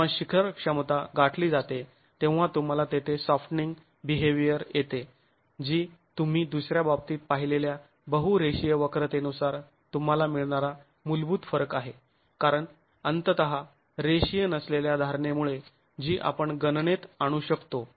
जेव्हा शिखर क्षमता गाठली जाते तेव्हा तुम्हाला तेथे सोफ्टनिंग बिहेवियर येते जी तुम्ही दुसऱ्या बाबतीत पाहिलेल्या बहू रेषीय वक्रतेनुसार तुम्हाला मिळणारा मूलभूत फरक आहे कारण अंततः रेषीय नसलेल्या धारणेमुळे जी आपण गणनेत आणू शकतो